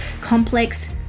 Complex